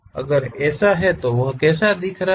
अगर ऐसा है तो कैसा दिख रहा है